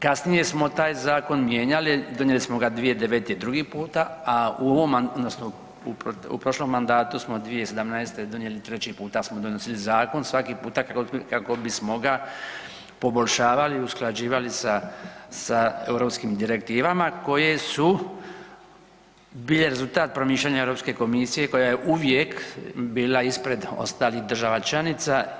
Kasnije smo taj zakon mijenjali, donijeli smo ga 2009. drugi puta, odnosno u prošlom mandatu smo 2017. donijeli treći puta smo donosili zakon svaki puta kako bismo ga poboljšavali i usklađivali sa europskim direktivama koje su bile rezultat promišljanja Europske komisije koja je uvijek bila ispred ostalih država članica.